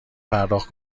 پرداخت